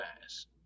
fast